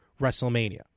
WrestleMania